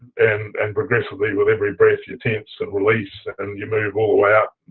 and and progressively with every breath you tense and release and you move all